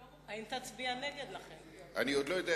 לא מוכנים